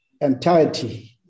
entirety